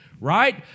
Right